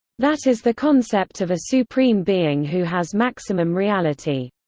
that is the concept of a supreme being who has maximum reality.